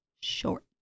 short